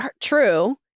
true